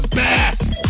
best